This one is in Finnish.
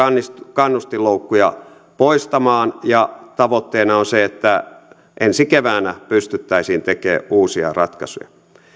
kannustinloukkuja poistamaan ja tavoitteena on se että ensi keväänä pystyttäisiin tekemään uusia ratkaisuja